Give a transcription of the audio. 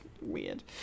weird